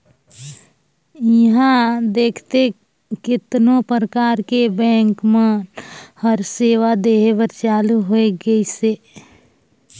इहां देखथे केतनो परकार के बेंक मन हर सेवा देहे बर चालु होय गइसे